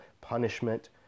punishment